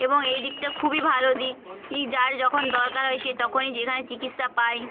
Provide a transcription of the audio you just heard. এবং এই দিকটা খুবই ভালো দিক ই যার যখন দরকার হয় সে তখনই সেখানে চিকিৎসা পায়